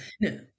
No